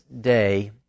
day